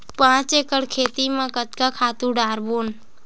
पांच एकड़ खेत म कतका खातु डारबोन?